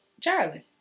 Charlie